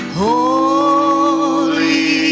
holy